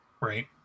Right